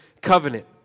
covenant